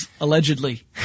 allegedly